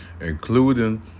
including